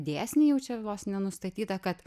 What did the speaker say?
dėsniai jau čia vos ne nustatyta kad